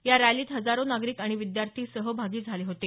या रॅलीत हजारो नागरिक आणि विद्यार्थी सहभागी झाले होते